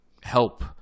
help